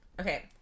Okay